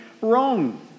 wrong